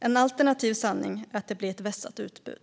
En alternativ sanning är att det blir ett vässat utbud.